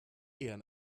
ian